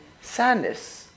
sadness